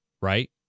right